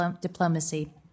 diplomacy